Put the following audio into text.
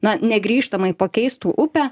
na negrįžtamai pakeistų upę